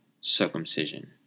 circumcision